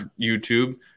YouTube